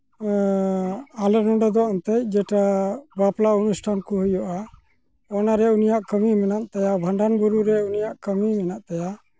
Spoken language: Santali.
ᱟᱞᱮ ᱱᱚᱸᱰᱮ ᱫᱚ ᱮᱱᱛᱮᱫ ᱡᱮᱴᱟ ᱵᱟᱯᱞᱟ ᱚᱱᱩᱥᱴᱷᱟᱱ ᱠᱚ ᱦᱩᱭᱩᱜᱼᱟ ᱚᱱᱟ ᱨᱮ ᱩᱱᱤᱭᱟᱜ ᱠᱟᱹᱢᱤ ᱢᱮᱱᱟᱜ ᱛᱟᱭᱟ ᱵᱷᱟᱸᱰᱟᱱ ᱜᱩᱨᱩᱜ ᱨᱮ ᱩᱱᱤᱭᱟᱜ ᱠᱟᱹᱢᱤ ᱢᱮᱱᱟᱜ ᱛᱟᱭᱟ